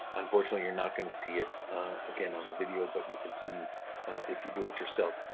unfortunately, you're not gonna see it again on the video, but you can see if you do it yourself.